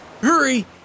hurry